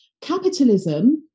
capitalism